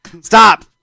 Stop